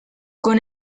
con